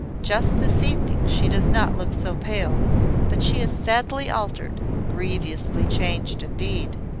just this evening, she does not look so pale but she is sadly altered grievously changed indeed.